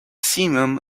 simum